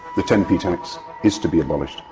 the ten p tax is to be abolished.